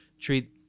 treat